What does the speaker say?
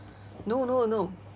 no no no